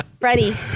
Ready